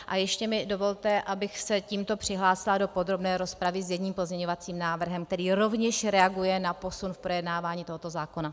A ještě mi dovolte, abych se tímto přihlásila do podrobné rozpravy s jedním pozměňovacím návrhem, který rovněž reaguje na posun v projednávání tohoto zákona.